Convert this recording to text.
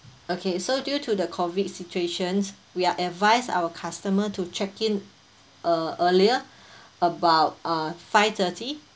okay so due to the COVID situations we are advise our customers to check in uh earlier about uh five-thirty